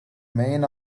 main